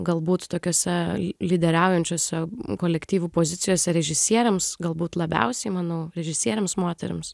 galbūt tokiose lyderiaujančiose kolektyvų pozicijose režisieriams galbūt labiausiai manau režisieriams moterims